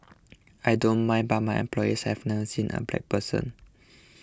I don't mind but my employees have never seen a black person